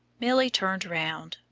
milly turned round,